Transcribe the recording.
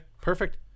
perfect